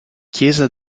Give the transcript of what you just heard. chiesa